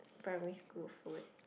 primary school food